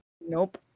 Nope